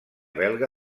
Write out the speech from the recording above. belga